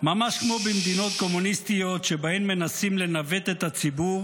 ממש כמו במדינות קומוניסטיות שבהן מנסים לנווט את הציבור